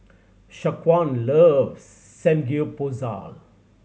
Shaquan loves Samgeyopsal